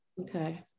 okay